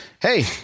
hey